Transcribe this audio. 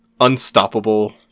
unstoppable